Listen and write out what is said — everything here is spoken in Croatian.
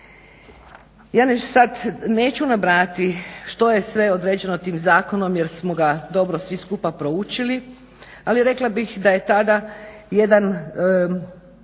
Ja neću sad, neću nabrajati što je sve određeno tim zakonom, jer smo ga dobro svi skupa proučili ali rekla bih da je tada jedna